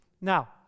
Now